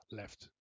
left